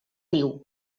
niu